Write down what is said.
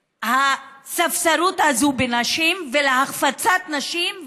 לספסרות הזאת בנשים ולהחפצת נשים,